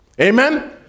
Amen